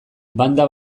banda